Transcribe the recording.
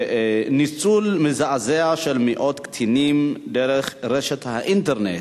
ניצול מזעזע של מאות קטינים דרך האינטרנט,